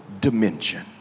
dimension